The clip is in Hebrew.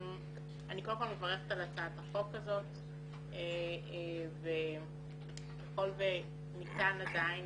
אני כל פעם מברכת על הצעת החוק הזאת וככל שניתן עדיין,